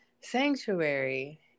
sanctuary